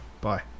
Bye